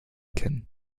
kennen